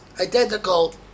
identical